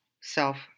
self